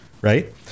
right